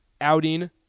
outing